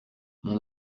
mon